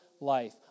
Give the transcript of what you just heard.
life